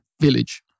village